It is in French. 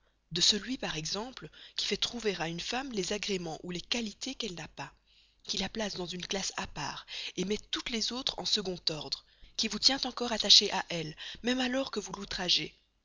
de celui par exemple qui fait trouver à une femme les agréments ou les qualités qu'elle n'a pas qui la place dans une classe à part met toutes les autres en second ordre qui vous tient encore attaché à elle même alors que vous l'outragez